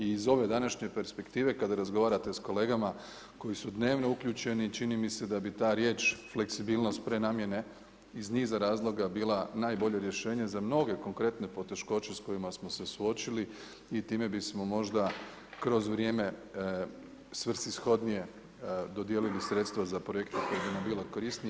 Iz ove današnje perspektive, kada razgovarate s kolega koji su dnevno uključeni čini mi se da bi ta riječ fleksibilnost prenamjene iz niza razloga bila najbolje rješenje za mnoge konkretne poteškoće s kojima smo se suočili i time bismo možda kroz vrijeme svrsishodnije dodijelili sredstva za projekte koja bi nam bila korisnija.